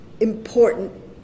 important